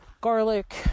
Garlic